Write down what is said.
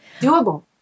Doable